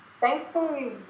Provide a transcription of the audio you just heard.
Thankfully